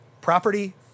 property